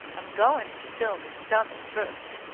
i'm goin' to fill me stummick fust,